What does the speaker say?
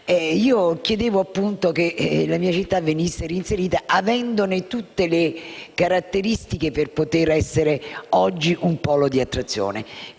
Chiedevo appunto che la mia città venisse reinserita, avendo tutte le caratteristiche per poter essere oggi un polo di attrazione.